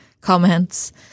comments